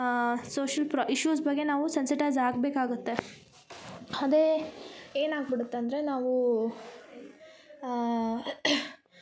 social issues ಬಗ್ಗೆ ನಾವು sensitise ಆಗಬೇಕಾಗತ್ತೆ ಅದೇ ಏನಾಗ್ಬಿಡತ್ತೆ ಅಂದರೆ ನಾವು